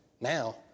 now